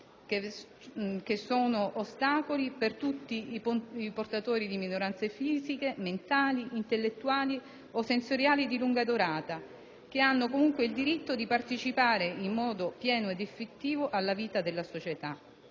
che sono ostacoli per tutti i portatori di minoranze fisiche, mentali, intellettuali o sensoriali di lunga durata, i quali hanno comunque il diritto di partecipare in modo pieno ed effettivo alla vita della società.